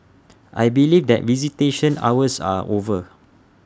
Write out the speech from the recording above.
I believe that visitation hours are over